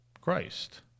Christ